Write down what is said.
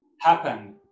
happen